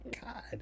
God